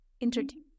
introduce